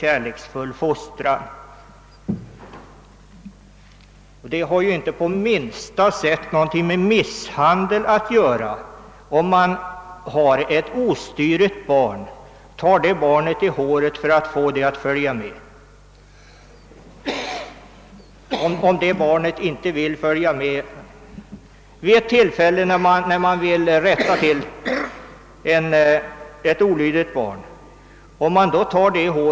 kärleksfull fostran.» Det har ju inte på minsta sätt med miss handel att göra om man tar ett ostyrigt barn lätt i håret och säger: Om du inte följer med skall jag ta i litet hårdare.